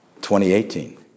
2018